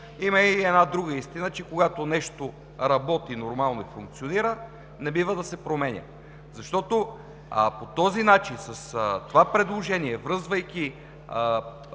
Има и една друга истина – че когато нещо работи нормално и функционира, не бива да се променя. По този начин, с това предложение, връзвайки